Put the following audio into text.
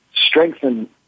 strengthen